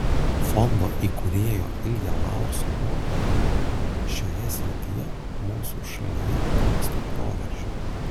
fondo įkūrėjo ilja laurso nuomone šioje srityje mūsų šalyje trūksta proveržio